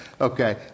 Okay